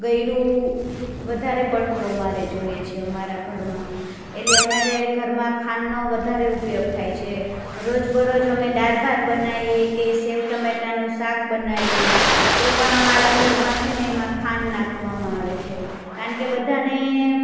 ગળ્યું વધારે પડતું અમારે જોઈએ છે અમારા ઘરમાં એટલે અમારે ઘરમાં ખાંડનો વધારે ઉપયોગ થાય છે રોજબરોજ અમે દાળ ભાત બનાવીએ કે સેવ ટમેટાનું શાક બનાવીએ તો પણ અમારા ઘરમાં છેને એમાં ખાંડ નાખવામાં આવે છે કારણ કે બધાંને